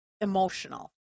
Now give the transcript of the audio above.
emotional